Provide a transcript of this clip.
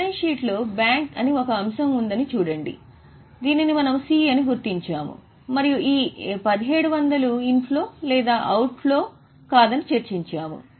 balance sheet లో bank అని ఒక అంశం ఉందని చూడండి దీనిని మనము C అని గుర్తించాము మరియు ఈ 1700 ఇన్ఫ్లో లేదా అవుట్ ఫ్లో కాదని చర్చించాము